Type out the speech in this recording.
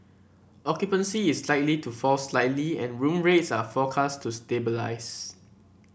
occupancy is likely to fall slightly and room rates are forecast to stabilise